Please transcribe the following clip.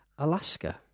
alaska